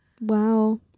Wow